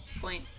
point